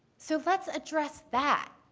so let's address that.